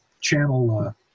channel